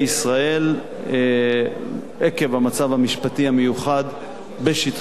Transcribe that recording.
עקב המצב המשפטי המיוחד בשטחי יהודה ושומרון,